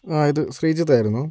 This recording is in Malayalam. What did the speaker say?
ആ ഇത് ശ്രീജിത്തായിരുന്നു